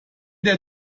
der